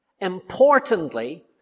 Importantly